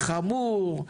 חמור,